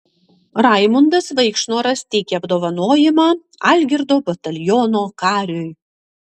raimundas vaikšnoras teikia apdovanojimą algirdo bataliono kariui